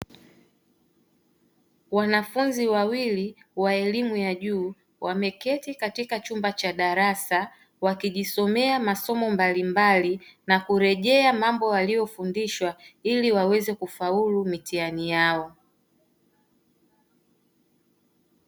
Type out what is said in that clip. Wanafunzi wawili wa elimu ya juu wameketi katika chumba cha darasa wakijisomea masomo mbalimbali, wakirejea mambo waliyofundishwa ili waweze kufaulu mitihani yao.